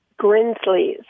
grinsleys